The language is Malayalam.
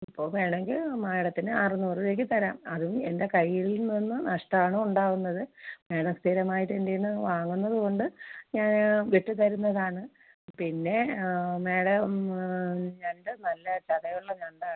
ഇപ്പോൾ വേണമെങ്കിൽ മാഡത്തിന് അറുന്നൂറ് രൂപയ്ക്ക് തരാം അതും എൻ്റെ കയ്യിൽ നിന്ന് നഷ്ടമാണ് ഉണ്ടാവുന്നത് മേഡം സ്ഥിരമായിട്ട് എൻറ്റേന്ന് വാങ്ങുന്നത് കൊണ്ട് ഞാൻ വിട്ട് തരുന്നതാണ് പിന്നെ മേഡം ഞണ്ട് നല്ല ചതയുള്ള ഞണ്ടാണ്